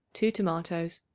two tomatoes,